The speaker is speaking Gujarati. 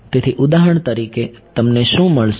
તેથી ઉદાહરણ તરીકે મને શું મળશે